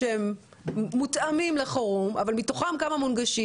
שהן מותאמות לחירום אבל מתוכן כמה מונגשות?